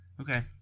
Okay